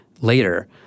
later